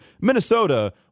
Minnesota